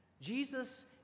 Jesus